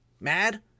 mad